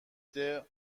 عده